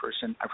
person